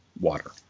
water